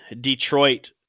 Detroit